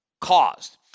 caused